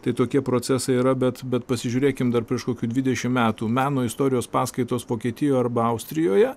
tai tokie procesai yra bet bet pasižiūrėkim dar prieš kokių dvidešim metų meno istorijos paskaitos vokietijoj arba austrijoje